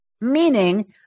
Meaning